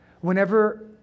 Whenever